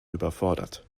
überfordert